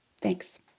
Thanks